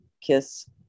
Kiss